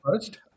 first